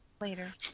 Later